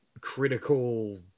critical